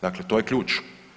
Dakle to je ključ.